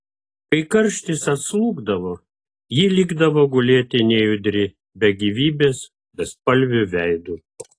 kai karštis atslūgdavo ji likdavo gulėti nejudri be gyvybės bespalviu veidu